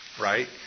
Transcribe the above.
Right